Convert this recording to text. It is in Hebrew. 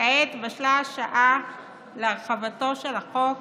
כעת בשלה השעה להרחבתו של החוק